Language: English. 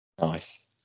Nice